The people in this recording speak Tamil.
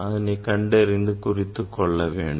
அதனைக் கண்டறிந்து குறித்துக் கொள்ள வேண்டும்